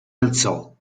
alzò